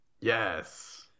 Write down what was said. Yes